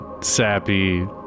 sappy